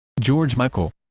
george michael